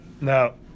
no